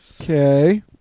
Okay